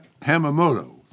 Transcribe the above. Hamamoto